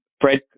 Fred